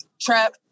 Trap